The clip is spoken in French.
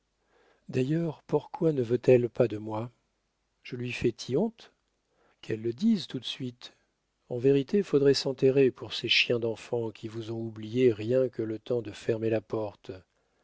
d'ailleurs porquoi ne veut-elle pas de moi je lui fais t y honte qu'elle le dise tout de suite en vérité faudrait s'enterrer pour ces chiens d'enfants qui vous ont oublié rien que le temps de fermer la porte